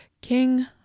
King